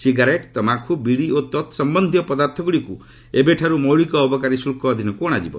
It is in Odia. ସିଗାରେଟ୍ ତମାଖୁ ବିଡ଼ି ଓ ତତ୍ସମ୍ୟନ୍ଧୀୟ ପଦାର୍ଥଗୁଡ଼ିକୁ ଏବେଠାରୁ ମୌଳିକ ଅବକାରୀ ଶୁଳ୍କ ଅଧୀନକୁ ଅଣାଯିବ